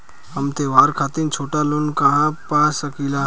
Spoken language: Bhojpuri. हम त्योहार खातिर छोटा लोन कहा पा सकिला?